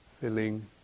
filling